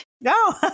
No